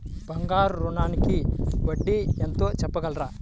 బంగారు ఋణంకి వడ్డీ ఎంతో చెప్పగలరా?